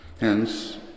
Hence